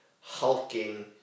hulking